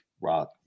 Rock